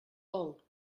vol